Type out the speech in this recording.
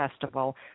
Festival